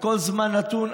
בכל זמן נתון.